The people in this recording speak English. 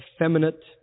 effeminate